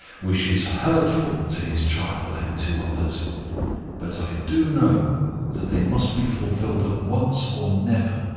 wishes hurtful to his child and to others but i do know that they must be fulfilled at once or never,